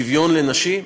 שוויון לנשים,